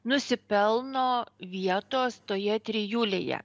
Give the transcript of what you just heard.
nusipelno vietos toje trijulėje